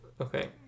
Okay